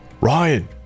Ryan